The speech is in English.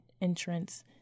entrance